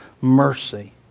mercy